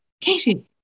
Katie